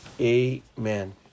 amen